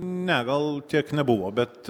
ne gal tiek nebuvo bet